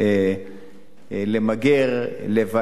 אז שיהיה לנו אביון אחד.